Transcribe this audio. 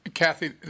Kathy